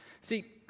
See